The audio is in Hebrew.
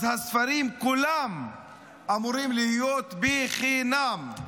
אז הספרים כולם אמורים להיות בחינם.